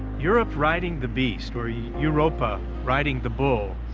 europe riding the beast or yeah europa riding the bull,